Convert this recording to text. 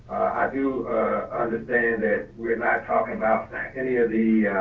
i do understand that we're not talking about any of the